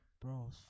bro